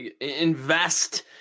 invest –